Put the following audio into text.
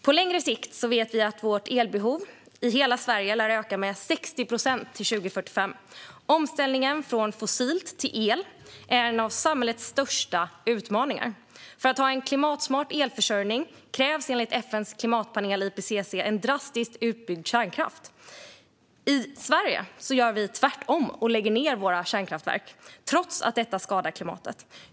På längre sikt vet vi att vårt elbehov i hela Sverige lär öka med 60 procent till 2045. Omställningen från fossilt till el är en av samhällets största utmaningar. För att ha en klimatsmart elförsörjning krävs enligt FN:s klimatpanel IPCC en drastiskt utbyggd kärnkraft. I Sverige gör vi tvärtom och lägger ned våra kärnkraftverk trots att detta skadar klimatet.